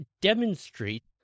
demonstrate